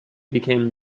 became